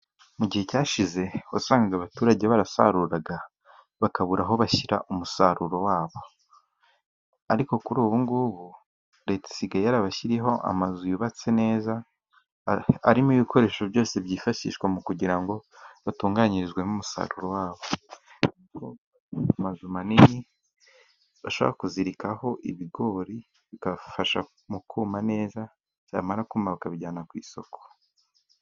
Mu gihe cyashize wasanga abaturage barasaruraga bakabura aho bashyira umusaruro wabo, ariko kuri ubu ngubu Leta isigaye yarabashyiriyeho amazu yubatse neza arimo ibikoresho byose byifashishwa kugira ngo hatunganyirizwemo umusaruro wabo. Amazu manini bashobora kuzirikaho ibigori bigafasha mu kuma neza, byamara kuma bakabijyana ku isoko.